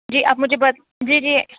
جی آپ مجھے جی جی